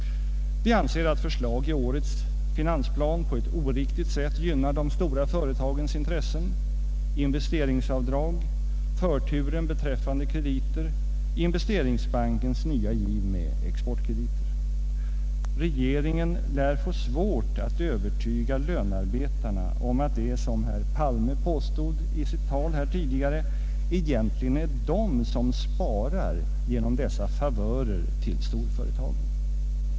Vi anser att förslag i årets finansplan på ett oriktigt sätt gynnar de stora företagens intressen: investeringsavdrag, förturen beträffande krediter, Investeringsbankens nya giv med exportkrediter. Regeringen lär få svårt att övertyga lönarbetarna om att det, som herr Palme påstod i sitt tal här tidigare, egentligen är de som sparar genom dessa favörer till storföretagen.